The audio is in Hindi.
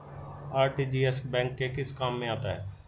आर.टी.जी.एस बैंक के किस काम में आता है?